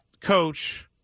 coach